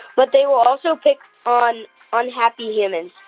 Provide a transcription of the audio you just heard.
but they will also pick on unhappy humans.